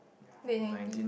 vanity